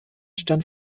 stand